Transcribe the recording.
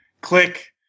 click